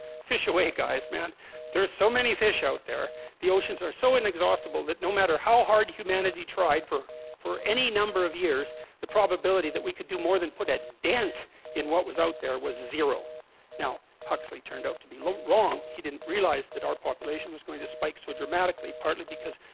fish away guys man there's so many fish out there the oceans are so inexhaustible that no matter how hard humanity tried for for any number of years the probability that we could do more than put a dent in what? was out there was a zero now huxley turned out to be wrong he didn't realize that our population? was going to spike so dramatically partly because?